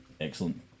Excellent